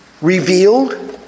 revealed